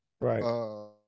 right